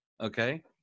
Okay